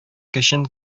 көчен